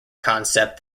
concept